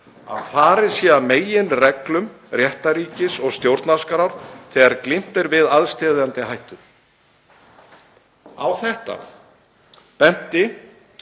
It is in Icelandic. að farið sé að meginreglum réttarríkis og stjórnarskrár þegar glímt er við aðsteðjandi hættu. Á þetta benti